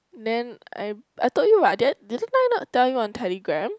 then I I told you what didn't I not tell you on Telegram